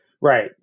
Right